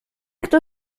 kto